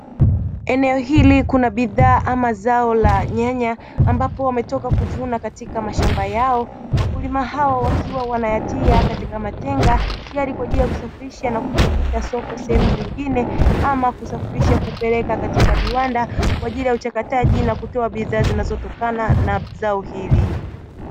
Eneo hili kuna bidhaa ama zao la nyanya ambapo wametoka kuvuna katika mashamba yao, wakulima hawa wakiwa wanayatia katika matenga tayari kwa ajili ya kuyasafirisha na kutafuta soko sehemu zingine ama kusafirisha kupeleka katika viwanda kwa ajili ya uchakataji na kutoa bidhaa zinazotokana na zao hili.